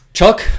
Chuck